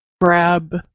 grab